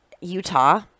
Utah